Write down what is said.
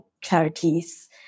charities